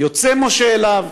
יוצא משה אליו,